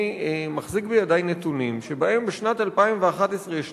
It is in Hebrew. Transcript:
אני מחזיק בידי נתונים שלפיהם בשנת 2011 יש